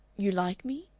you like me?